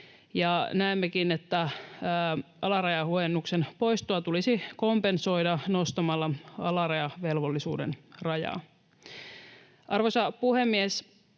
näemmekin, että alarajahuojennuksen poistoa tulisi kompensoida nostamalla alarajavelvollisuuden rajaa. Arvoisa puhemies!